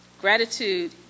Gratitude